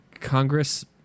Congress